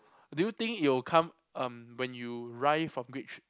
do you think it will come um when you ride from grade thr~